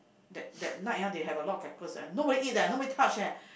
that that night ah they have a lot of cockles eh nobody eat eh nobody touch eh